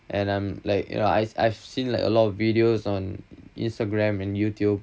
and um like you know I've I've seen a lot of videos on instagram and youtube